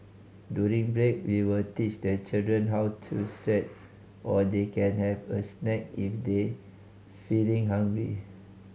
during break we will teach the children how to stretch or they can have a snack if they feeling hungry